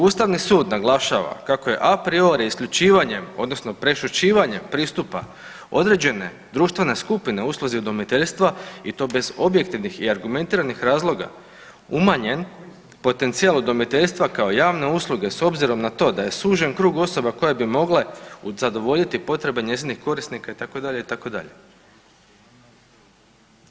Ustavni sud naglašava kako je a priori isključivanjem odnosno prešućivanjem pristupa određene društvene skupine usluzi udomiteljstva i to bez objektivnih i argumentiranih razloga umanjen potencijal udomiteljstva kao javne usluge s obzirom na to da je sužen krug osoba koje bi mogle zadovoljiti potrebe njezinih korisnika itd., itd.